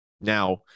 Now